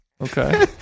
Okay